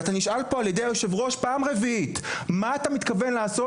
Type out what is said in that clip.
ואתה נשאל פה על ידי היושב ראש פעם רביעית מה אתה מתכוון לעשות